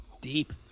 deep